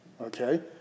okay